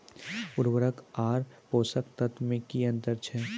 उर्वरक आर पोसक तत्व मे की अन्तर छै?